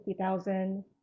50,000